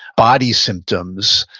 body symptoms,